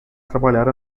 trabalhar